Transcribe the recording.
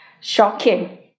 Shocking